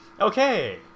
Okay